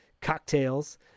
cocktails